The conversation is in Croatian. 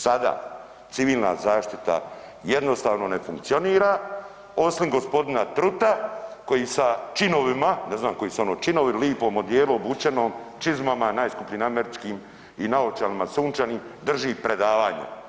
Sada Civilna zaštita jednostavno ne funkcionira osim gospodina Truta koji sa činovima, ne znam koji su ono činovi, lipom odijelu obučenom, čizmama, najskupljim američkim i naočalama sunčanim drži predavanje.